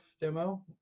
demo